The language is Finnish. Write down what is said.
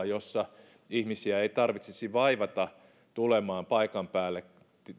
joissa ihmisiä ei tarvitsisi vaivata tulemaan paikan päälle